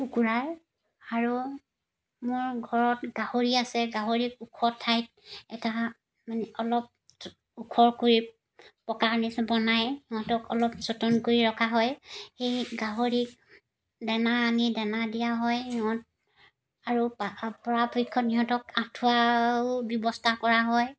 কুকুৰাৰ আৰু মোৰ ঘৰত গাহৰি আছে গাহৰিক ওখ ঠাইত এটা অলপ ওখকৈ পকাৰ নিচিনা বনাই সিহঁতক অলপ যতন কৰি ৰখা হয় এই গাহৰিক দেনা আনি দেনা দিয়া হয় আৰু পৰাপক্ষত সিহঁতক আঁঠুৱাও ব্যৱস্থা কৰা হয়